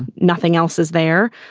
and nothing else is there.